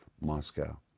Moscow